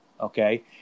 Okay